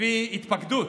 לפי התפקדות?